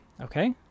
okay